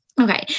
Okay